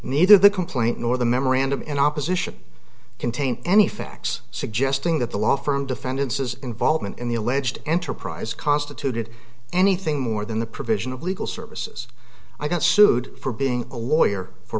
neither the complaint nor the memorandum in opposition contains any facts suggesting that the law firm defendants is involvement in the alleged enterprise constituted anything more than the provision of legal services i got sued for being a lawyer for